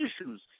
issues